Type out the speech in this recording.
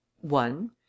one